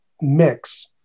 mix